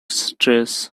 stress